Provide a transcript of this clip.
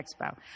Expo